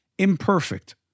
imperfect